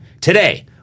today